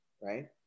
right